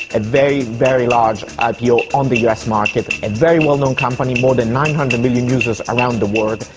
and very, very large ah ipo on the us market. a and very well known company, more than nine hundred million users around the world,